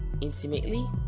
intimately